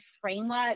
framework